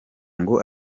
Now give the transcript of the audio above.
ngo